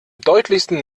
deutlichsten